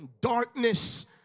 darkness